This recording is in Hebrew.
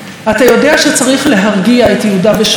אתה יודע שצריך להרגיע את יהודה ושומרון,